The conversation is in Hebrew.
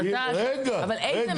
אבל איזה?